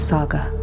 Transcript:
Saga